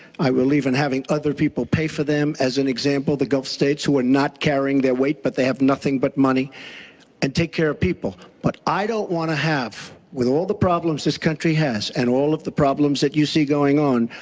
i believe in having other people pay for them, as an example the gulf states who are not carrying their weight but they have nothing but money and take care of people. but i don't want to have, with all the problems this country has and all of the problems you see going on,